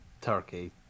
turkey